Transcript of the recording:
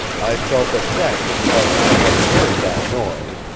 i felt that jack didn't like my having heard that noise,